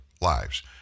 lives